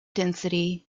density